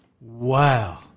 Wow